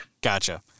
Gotcha